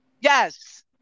Yes